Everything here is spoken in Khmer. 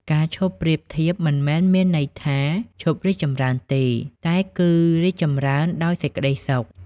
ការឈប់ប្រៀបធៀបមិនមែនមានន័យថា "ឈប់រីកចម្រើន" ទេ តែគឺ "រីកចម្រើនដោយសេចក្តីសុខ"។